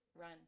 run